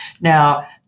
Now